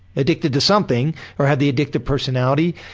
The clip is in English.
addicted to something or have the addictive personality.